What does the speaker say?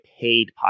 paid